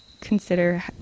Consider